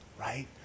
right